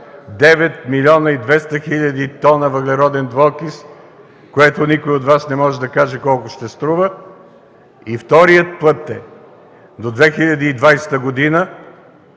9 млн. 200 хил. т въглероден двуокис, което никой от Вас не може да каже колко ще струва. Вторият път е до 2020 г.